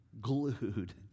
glued